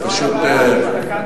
אין לי בעיה.